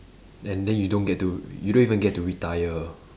and then you don't get to you don't even get to retire